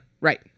Right